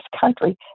country